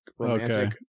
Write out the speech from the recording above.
Okay